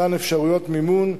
מתן אפשרויות מימון,